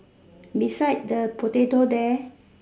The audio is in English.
beside the potato there